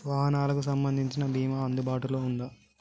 వాహనాలకు సంబంధించిన బీమా అందుబాటులో ఉందా?